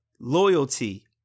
loyalty